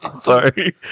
Sorry